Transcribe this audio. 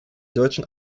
deutschen